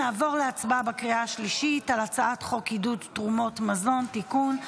נעבור להצבעה בקריאה השלישית על הצעת חוק עידוד תרומות מזון (תיקון),